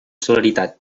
celeritat